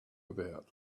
about